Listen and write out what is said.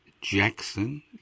Jackson